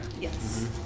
Yes